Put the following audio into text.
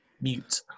mute